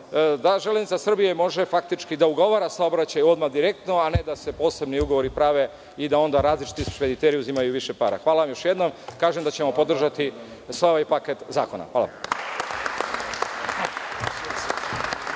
da „Železnice Srbije“ može faktički da ugovara saobraćaj odmah direktno, a ne da se posebni ugovori prave i da onda različiti špediteri uzimaju više para. Hvala još jednom, kažem da ćemo podržati sav ovaj pakte zakona.